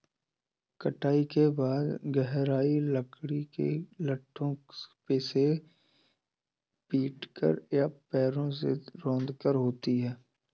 कटाई के बाद गहराई लकड़ी के लट्ठों से पीटकर या पैरों से रौंदकर होती है